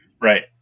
right